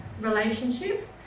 relationship